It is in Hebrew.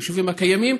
היישובים הקיימים,